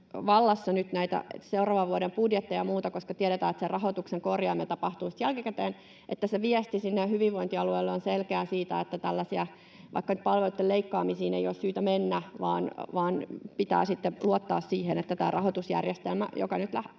näitä seuraavan vuoden budjetteja ja muuta, koska tiedetään, että rahoituksen korjaaminen tapahtuu sitten jälkikäteen, se viesti sinne hyvinvointialueille on selkeä siitä, että tällaisiin vaikka nyt palveluitten leikkaamisiin ei ole syytä mennä vaan pitää luottaa siihen, että tällä rahoitusjärjestelmällä nyt